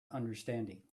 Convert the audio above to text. understanding